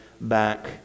back